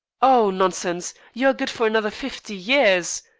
oh, nonsense. you are good for another fifty years.